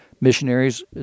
Missionaries